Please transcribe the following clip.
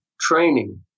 training